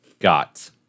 Got